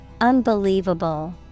UNBELIEVABLE